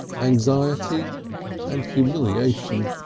anxiety and humiliation.